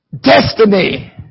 destiny